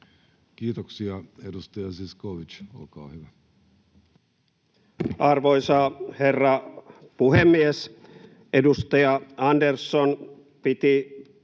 Kiitoksia. — Edustaja Zyskowicz, olkaa hyvä. Arvoisa herra puhemies! Edustaja Andersson piti